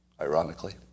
ironically